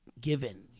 given